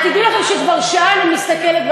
תדעו לכם שכבר שעה אני מסתכלת,